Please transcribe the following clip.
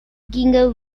ginger